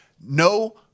No